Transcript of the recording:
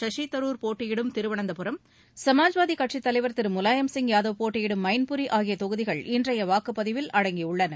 சசிதரூர் போட்டியிடும் திருவனந்தபுரம் சமாஜ்வாதி கட்சித் தலைவர் திரு முலாயம்சிங் யாதவ் போட்டியிடும் மைன்புரி ஆகிய தொகுதிகள் இன்றைய வாக்குப்பதிவில் அடங்கியுள்ளன